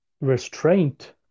restraint